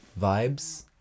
Vibes